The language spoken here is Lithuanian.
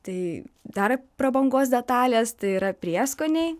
tai dar prabangos detalės tai yra prieskoniai